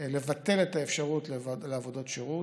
ביטול האפשרות לעבודות שירות.